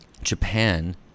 Japan